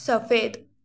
सफ़ेद